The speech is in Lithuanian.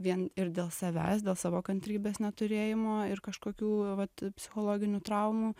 vien ir dėl savęs dėl savo kantrybės neturėjimo ir kažkokių vat psichologinių traumų